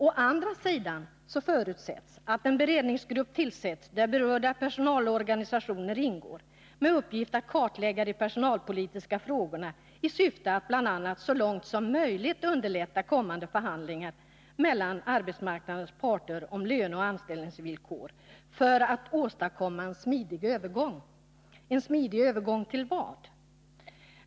Å andra sidan förutsätts att en beredningsgrupp tillsätts, där berörda personalorganisationer ingår, med uppgift att kartlägga de personalpolitiska frågorna i syfte att bl.a. så långt som möjligt underlätta kommande förhandlingar mellan arbetsmarknadens parter om löneoch anställningsvillkor för att åstadkomma en smidig övergång. En smidig övergång — till vad?